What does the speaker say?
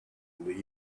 believe